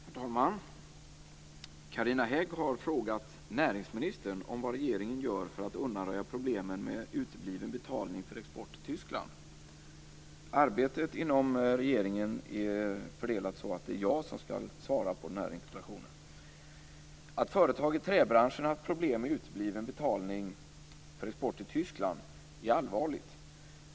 Herr talman! Carina Hägg har frågat näringsministern vad regeringen gör för att undanröja problemen med utebliven betalning för export till Tyskland. Arbetet inom regeringen är så fördelat att det är jag som skall svara på interpellationen. Att företag i träbranschen haft problem med utebliven betalning för export till Tyskland är allvarligt.